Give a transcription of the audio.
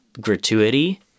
gratuity